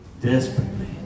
Desperately